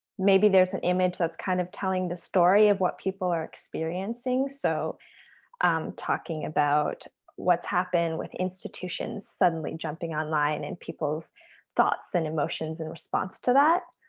maybe there's an image that's kind of telling the story of what people are experiencing. so talking about what's happened with institutions suddenly jumping online and people's thoughts and emotions in response to that.